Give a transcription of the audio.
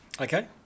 Okay